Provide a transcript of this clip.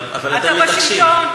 אבל אתם מתעקשים,